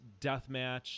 deathmatch